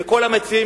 וכל המציעים,